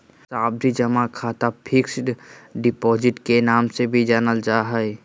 सावधि जमा खाता फिक्स्ड डिपॉजिट के नाम से भी जानल जा हय